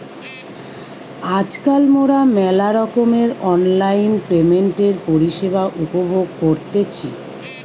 আজকাল মোরা মেলা রকমের অনলাইন পেমেন্টের পরিষেবা উপভোগ করতেছি